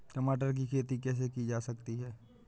टमाटर की खेती कैसे की जा सकती है?